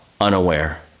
unaware